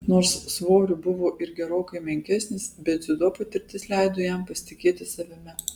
nors svoriu buvo ir gerokai menkesnis bet dziudo patirtis leido jam pasitikėti savimi